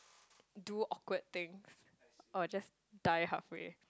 do awkward things or just die halfway